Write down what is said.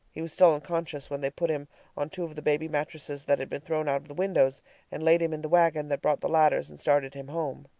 he was still unconscious when they put him on two of the baby mattresses that had been thrown out of the windows and laid him in the wagon that brought the ladders and started him home.